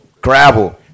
Gravel